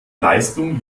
leistung